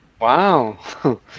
wow